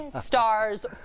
stars